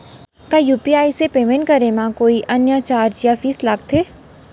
का यू.पी.आई से पेमेंट करे म कोई अन्य चार्ज या फीस लागथे?